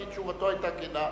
כי תשובתו היתה כנה.